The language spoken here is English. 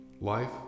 Life